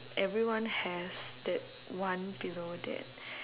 everyone has that one pillow that